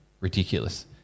ridiculous